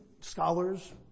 scholars